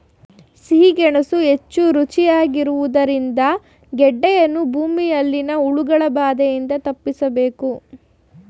ಸಿಹಿ ಗೆಣಸು ಹೆಚ್ಚು ರುಚಿಯಾಗಿರುವುದರಿಂದ ಆದರೆ ಗೆಡ್ಡೆಯನ್ನು ಭೂಮಿಯಲ್ಲಿನ ಹುಳಗಳ ಬಾಧೆಯಿಂದ ತಪ್ಪಿಸಬೇಕು